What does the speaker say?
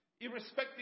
irrespective